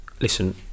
listen